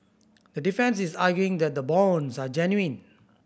the defence is arguing that the bonds are genuine